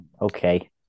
Okay